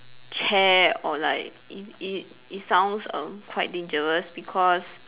chair or like it it it sounds err quite dangerous because